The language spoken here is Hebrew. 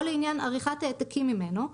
או לעניין עריכת העתקים ממנו,